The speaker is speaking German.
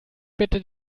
bitte